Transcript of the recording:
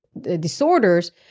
disorders